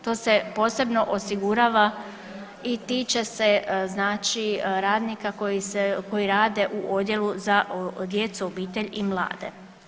To se posebno osigurava i tiče se znači radnika koji rade u Odjelu za djecu, obitelj i mlade.